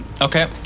Okay